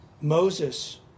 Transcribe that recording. Moses